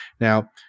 Now